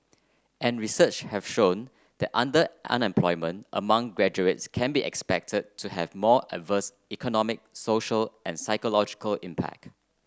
and research have shown that amongst graduates can be expected to have more adverse economic social and psychological impact